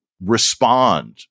respond